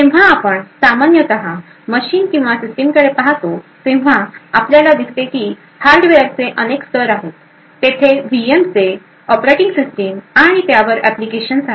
जेव्हा आपण सामान्यत मशीन किंवा सिस्टमकडे पाहतो तेव्हा आपल्याला दिसते की हार्डवेअरचे अनेक स्तर आहेत तेथे व्हीएमचे ऑपरेटिंग सिस्टम आणि त्यावर ऍप्लिकेशनस आहेत